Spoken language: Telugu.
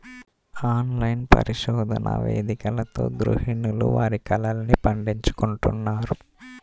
ఆన్లైన్ పరిశోధన వేదికలతో గృహిణులు వారి కలల్ని పండించుకుంటున్నారు